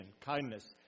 kindness